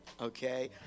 okay